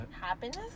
Happiness